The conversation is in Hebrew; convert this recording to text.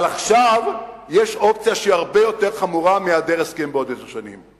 אבל עכשיו יש אופציה שהיא הרבה יותר חמורה מהיעדר הסכם בעוד עשר שנים,